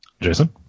Jason